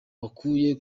wakuye